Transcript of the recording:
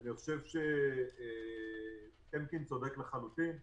אני חושב שטמקין צודק לחלוטין.